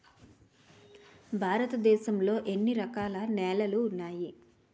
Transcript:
భారతదేశం లో ఎన్ని రకాల నేలలు ఉన్నాయి?